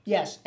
Yes